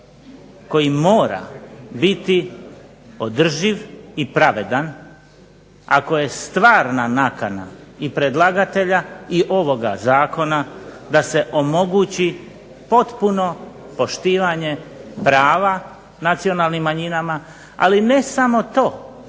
koji mora biti održiv i pravedan ako je stvarna nakana i predlagatelja i ovoga zakona da se omogući potpuno poštivanje prava nacionalnim manjinama. Ali, ne samo to